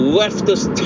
leftist